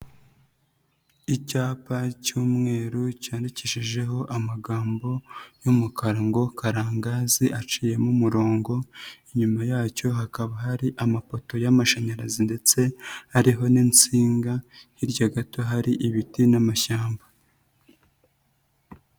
Icyapa cy'umweru cyandikishijeho amagambo y'umukara ngo Karangazi aciyemo umurongo, inyuma yacyo hakaba hari amapoto y'amashanyarazi ndetse hariho n'insinga, hirya gato hari ibiti n'amashyamba.